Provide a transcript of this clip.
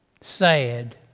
sad